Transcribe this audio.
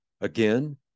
Again